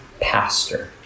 pastor